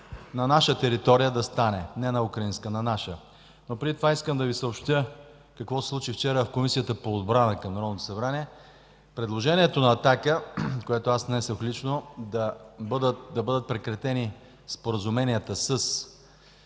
на наша територия – не на украинска, на наша. Но преди това искам да Ви съобщя какво се случи вчера в Комисията по отбрана към Народното събрание. Предложението на „Атака”, което аз внесох лично, да бъдат прекратени споразуменията